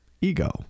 ego